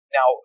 Now